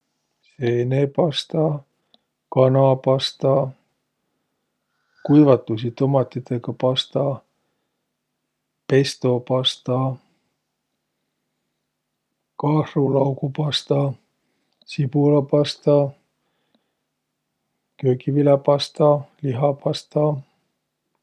Seenpasta, kanapasta, kuivatõduisi tomatidõga pasta, pestopasta, kahrulaugupasta, sibulapasta.